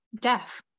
deaf